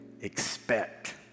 expect